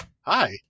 Hi